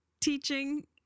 teaching